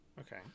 Okay